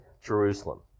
Jerusalem